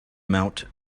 amount